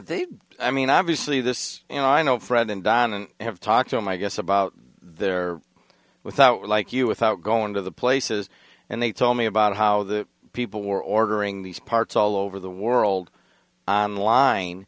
they i mean obviously this you know i know fred and don and have talked so my guess about their without like you without going to the places and they told me about how the people were ordering these parts all over the world on line